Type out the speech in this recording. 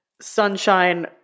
Sunshine